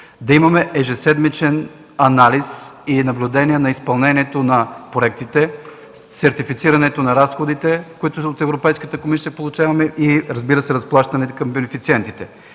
да имаме ежеседмичен анализ и наблюдение на изпълнението на проектите, сертифицирането на разходите, които получаваме от Европейската комисия, и разплащането към бенефициентите.